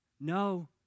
No